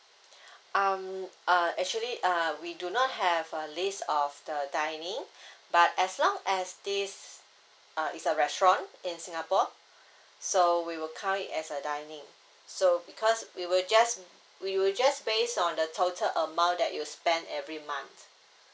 um uh actually uh we do not have a list of the dining but as long as this uh is a restaurant in singapore so we will count it as a dining so because we will just b~ we will just based on the total amount that you spend every month